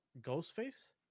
Ghostface